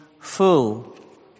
full